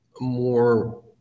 more